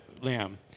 lamb